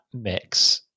mix